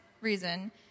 reason